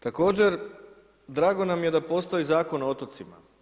Također, drago nam je da postoji Zakon o otocima.